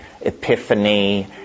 epiphany